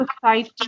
society